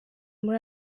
muri